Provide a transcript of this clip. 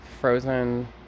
frozen